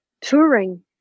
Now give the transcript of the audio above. touring